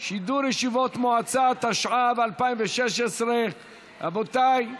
(שידור ישיבות מועצה), התשע"ו 2016. רבותיי,